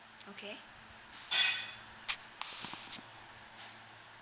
okay